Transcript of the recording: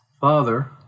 Father